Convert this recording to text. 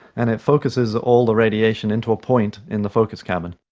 and it focuses all the radiation into a point in the focus cabin.